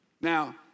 Now